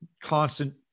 constant